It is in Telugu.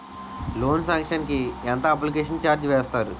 లోన్ సాంక్షన్ కి ఎంత అప్లికేషన్ ఛార్జ్ వేస్తారు?